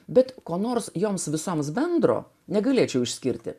bet kuo nors joms visoms bendro negalėčiau išskirti